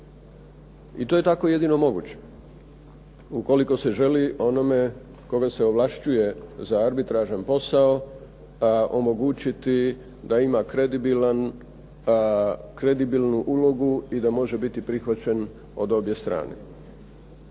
I to je tako jedino moguće, ukoliko se želi onome koga se ovlašćuje za arbitražan posao omogućiti da ima kredibilnu ulogu i da može biti prihvaćen od obje strane.